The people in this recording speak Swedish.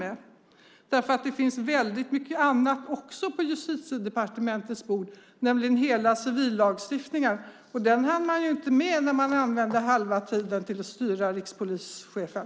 Det finns nämligen väldigt mycket annat också på Justitiedepartementets bord, nämligen hela civillagstiftningen. Den hann man ju inte med när man använde halva tiden till att styra rikspolischefen.